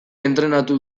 entrenatu